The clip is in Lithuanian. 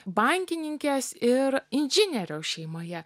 bankininkės ir inžinieriaus šeimoje